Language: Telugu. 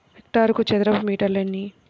హెక్టారుకు చదరపు మీటర్లు ఎన్ని?